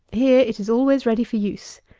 here it is always ready for use,